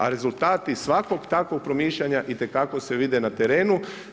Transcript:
A rezultati svakog takvog promišljanja itekako se vide na terenu.